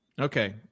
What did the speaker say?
Okay